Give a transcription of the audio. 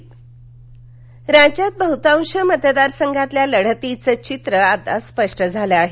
अहमदनगर लढत राज्यात बहुतांश मतदारसंघातल्या लढतींचं चित्र आता स्पष्ट झालं आहे